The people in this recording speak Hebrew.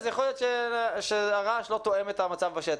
אז יכול להיות שהרעש לא תואם את המצב בשטח.